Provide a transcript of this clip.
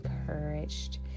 encouraged